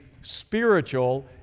spiritual